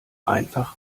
einfach